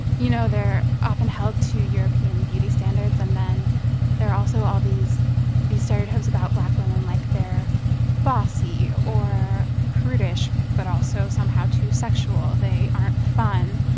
you know, they're often held to european beauty standards. and then there are also all these these stereotypes about black women like, they're bossy or prudish but also somehow too sexual. they aren't fun.